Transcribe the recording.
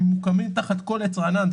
הם מוקמים תחת כל עץ רענן.